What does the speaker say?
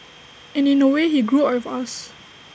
and in A way he grew up with us